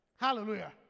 Hallelujah